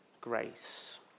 grace